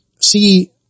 see